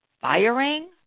Firing